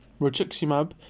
Rituximab